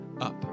up